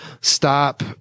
Stop